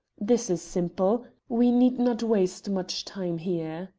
this is simple. we need not waste much time here.